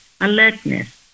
alertness